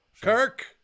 Kirk